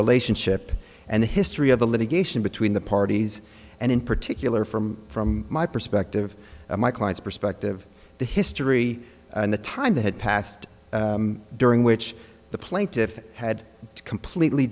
relationship and the history of the litigation between the parties and in particular from from my perspective my client's perspective the history and the time that had passed during which the plaintiff had completely